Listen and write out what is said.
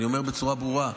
אני אומר בצורה ברורה,